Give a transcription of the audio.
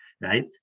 right